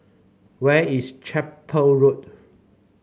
where is Chapel Road